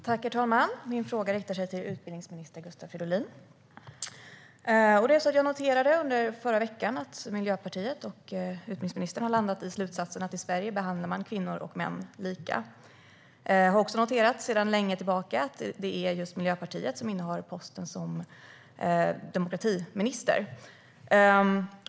Herr talman! Min fråga riktar sig till utbildningsminister Gustav Fridolin. Jag noterade i förra veckan att Miljöpartiet och utbildningsministern har landat i slutsatsen att i Sverige ska män och kvinnor behandlas lika. Jag har också sedan länge noterat att det är Miljöpartiet som innehar posten som demokratiminister.